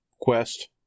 quest